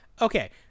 Okay